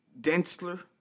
Densler